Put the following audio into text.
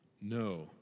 No